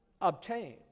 obtain